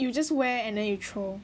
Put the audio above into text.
you just wear and you throw